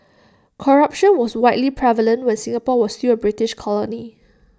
corruption was widely prevalent when Singapore was still A British colony